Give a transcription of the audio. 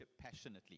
passionately